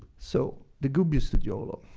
so, the gubbio studiolo.